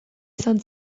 izan